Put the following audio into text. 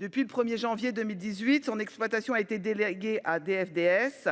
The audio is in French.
Depuis le 1 janvier 2018, son exploitation a été déléguée à DFDS